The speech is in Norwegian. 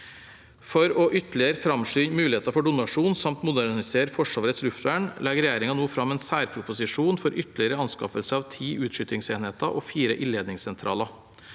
For ytterligere å framskynde muligheter for donasjon samt modernisere Forsvarets luftvern legger regjeringen nå fram en særproposisjon for anskaffelse av ytterligere ti utskytingsenheter og fire ildledningssentraler.